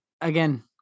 Again